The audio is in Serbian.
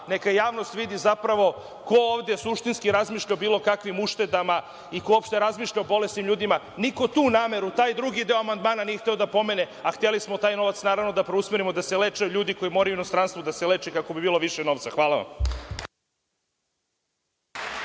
neka javnost vidi zapravo ko ovde suštinski razmišlja o bilo kakvim uštedama i ko uopšte razmišlja o bolesnim ljudima. Niko tu nameru, taj drugi deo amandmana nije hteo da pomene, a hteli smo taj novac, naravno, da preusmerimo da se leče ljudi koji moraju u inostranstvu da se leče kako bi bilo više novca. Hvala vam.